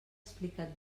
explicat